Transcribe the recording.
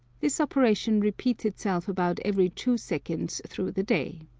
this operation repeats itself about every two seconds through the day.